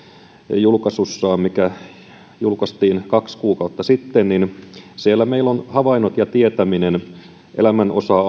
julkaisussaan joka julkaistiin kaksi kuukautta sitten niin siellä meillä on havainnot ja tietäminen elämän osa